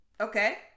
okay